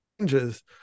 changes